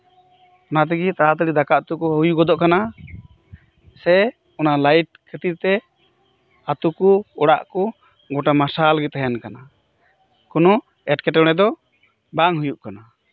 ᱚᱱᱟ ᱛᱮᱜᱮ ᱛᱟᱲᱟᱛᱟᱹᱲᱤ ᱫᱟᱠᱟ ᱩᱛᱩ ᱠᱚ ᱦᱩᱭ ᱜᱚᱫᱚᱜ ᱠᱟᱱᱟ ᱥᱮ ᱚᱱᱟ ᱞᱟᱭᱤᱴ ᱠᱷᱟᱹᱛᱤᱨ ᱛᱮ ᱟᱹᱛᱩ ᱠᱚ ᱚᱲᱟᱜ ᱠᱚ ᱜᱚᱴᱟ ᱢᱟᱨᱥᱟᱞᱜᱮ ᱛᱟᱦᱮᱱ ᱠᱟᱱᱟ ᱠᱚᱱᱚ ᱮᱴᱠᱮᱴᱚᱲᱮ ᱫᱚ ᱵᱟᱝ ᱦᱩᱭᱩᱜ ᱠᱟᱱᱟ